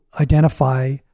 identify